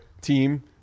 team